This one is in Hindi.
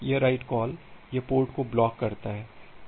यह राईट कॉल यह पोर्ट को ब्लॉक करता है